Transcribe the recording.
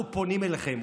אנחנו פונים אליכם.